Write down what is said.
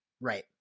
Right